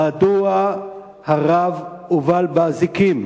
1. מדוע הובל הרב באזיקים?